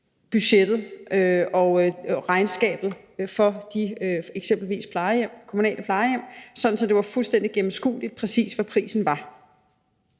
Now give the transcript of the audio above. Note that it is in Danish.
budgettet og regnskabet for eksempelvis de kommunale plejehjem, sådan at det var fuldstændig gennemskueligt, præcis hvad prisen var.